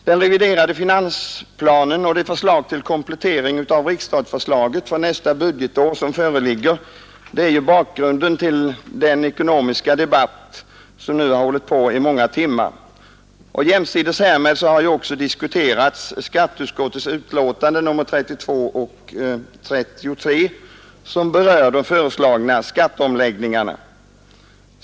Den reviderade finansplan och det förslag till komplettering av riksstatsförslaget för nästa budgetår som föreligger är ju bakgrunden till den ekonomiska debatt som nu har pågått i flera timmar. Jämsides härmed har också diskuterats skatteutskottets betänkanden nr 32 och 33, som berör de föreslagna skatteomläggningarna.